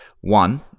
One